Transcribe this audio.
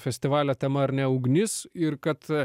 festivalio tema ar ne ugnis ir kad